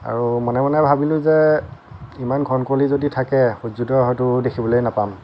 আৰু মনে মনে ভাবিলোঁ যে ইমান ঘন কুঁৱলী যদি থাকে সূৰ্যোদয় হয়তো দেখিবলৈ নাপাম